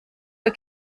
für